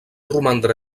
romandre